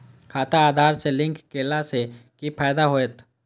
खाता आधार से लिंक केला से कि फायदा होयत?